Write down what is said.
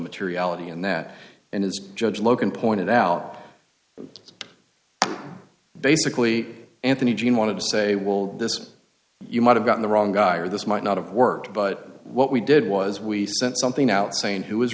materiality and that and as judge logan pointed out basically anthony gene wanted to say will this you might have gotten the wrong guy or this might not have worked but what we did was we sent something out saying who